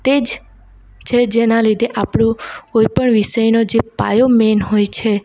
તે જ છે જેના લીધે આપણું કોઈપણ વિષયનો જે પાયો મેન હોય છે